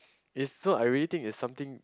it's so I really think it's something